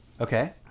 Okay